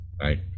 right